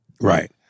Right